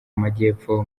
amajyepfo